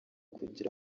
kugira